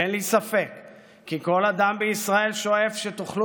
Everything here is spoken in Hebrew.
אין לי ספק כי כל אדם בישראל שואף שתוכלו